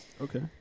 okay